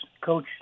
coach